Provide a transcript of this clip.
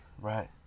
Right